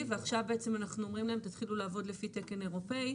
ועכשיו אנחנו בעצם אומרים להם שיתחילו לעבוד לפי תקן אירופאי,